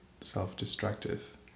self-destructive